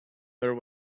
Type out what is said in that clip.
there